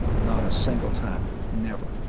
not a single time never.